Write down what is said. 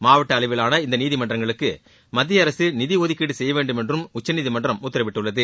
மாவட்ட அளவிலான இந்த நீதிமன்றங்களுக்கு மத்திய அரசு நிதி ஒதுக்கீடு செய்யவேண்டும் என்றும் உச்சநீதிமன்றம் உத்தரவிட்டுள்ளது